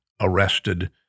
arrested